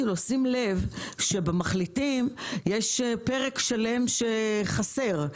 לו שישים לב שבמחליטים יש פרק שלם שחסר.